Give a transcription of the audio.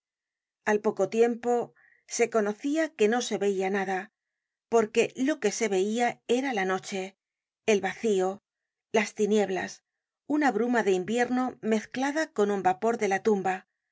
al poco tiempo se conocia que no se veia nada porque lo que se veia era la noche el vacío las tinieblas una bruma de invierno mezclada con un vapor de la tumba una